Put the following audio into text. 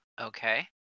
Okay